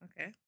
Okay